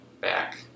back